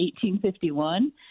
1851